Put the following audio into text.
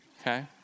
okay